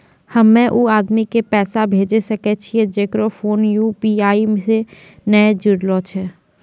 हम्मय उ आदमी के पैसा भेजै सकय छियै जेकरो फोन यु.पी.आई से नैय जूरलो छै?